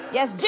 Yes